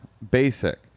basic